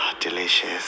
Delicious